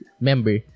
member